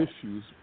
issues